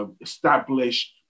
established